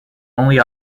only